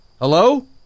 Hello